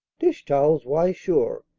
dish-towels! why, sure.